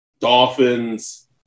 Dolphins